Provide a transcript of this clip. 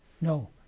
No